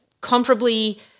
comparably-